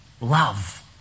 love